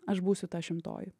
aš būsiu ta šimtoji